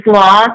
law